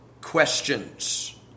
questions